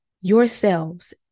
yourselves